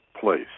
place